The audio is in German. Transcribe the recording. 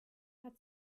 hat